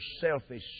selfish